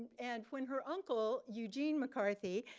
and when her uncle, eugene mccarthy,